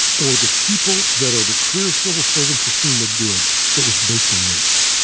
or the people that are the career civil servants of fema did that was based on race.